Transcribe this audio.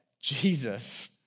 Jesus